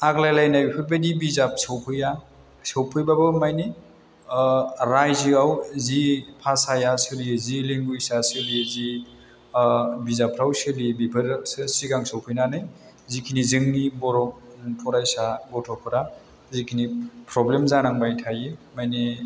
आग्लायलायनाय बेफोरबायदि बिजाब सफैया सफैबाबो मानि रायजोआव जि भाषाया सोलियो जि लिंगुवेसा सोलियो जि बिजाबफ्राव सोलियो बिफोरो सो सिगां सफैनानै जिखिनि जोंनि बर' फरायसा गथ'फ्रा जिखिनि प्रब्लेम जानांबाय थायो मानि